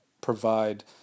provide